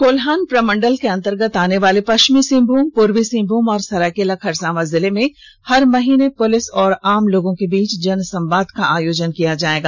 कोल्हान प्रमंडल के अंतर्गत आने वाले पश्चिमी सिंहभूम पूर्वी सिंहभूम और सरायकेला खरसांवा जिले में हर महीने पुलिस और आम लोगों के बीच जनसंवाद का आयोजन किया जाएगा